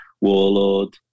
Warlord